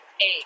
eight